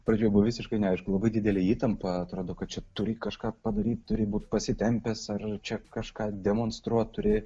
pradžioje buvo visiškai aišku labai didelė įtampa atrodo kad čia turi kažką padaryt turi būt pasitempęs ar čia kažką demonstruot turi